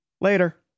later